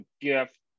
gift